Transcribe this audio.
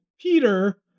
Peter